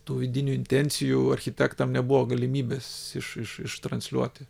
tų vidinių intencijų architektam nebuvo galimybės iš iš ištransliuoti